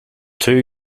two